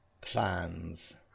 plans